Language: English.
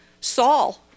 Saul